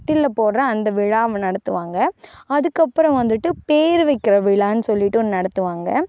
தொட்டிலில் போடுற அந்த விழாவாக நடத்துவாங்க அதற்கு அப்புறம் வந்துவிட்டு பேர் வைக்கிற விழான்னு சொல்லிவிட்டு ஒன்று நடத்துவாங்க